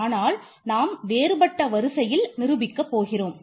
ஆனால் நாம் வேறுபட்ட வரிசையில் நிரூபிக்க போகிறோம்